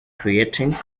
creating